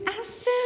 Aspen